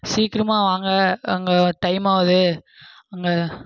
சீக்கிரமாக வாங்க அங்கே டைம் ஆவுது அங்கே